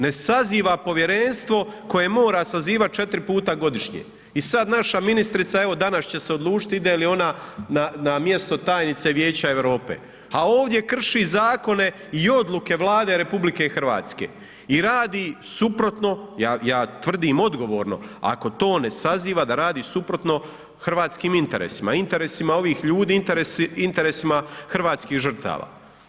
Ne saziva Povjerenstvo koje mora sazivati četiri puta godišnje, i sad naša ministrica, evo danas će se odlučiti ide li ona na mjesto tajnice Vijeća Europe, a ovdje krši Zakone i Odluke Vlade Republike Hrvatske i radi suprotno, ja tvrdim odgovorno ako to ne saziva da radi suprotno hrvatskim interesima, interesima ovih ljudi, interesima hrvatskih žrtava.